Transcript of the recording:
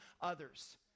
others